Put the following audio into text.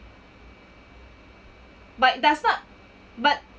but that's not but